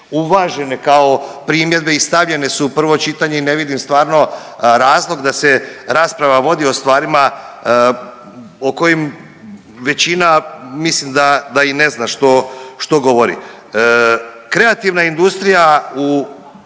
uvažene kao primjedbe i stavljene se u prvo čitanje i ne vidim stvarno razlog da se rasprava vodi o stvarima o kojima većina mislim da i ne zna što, što govori. Kreativna industrija u